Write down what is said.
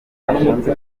bakunze